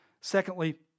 Secondly